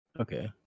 Okay